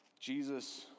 Jesus